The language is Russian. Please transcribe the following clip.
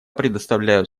предоставляю